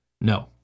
No